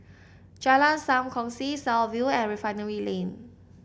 Jalan Sam Kongsi South View and Refinery Lane